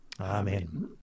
Amen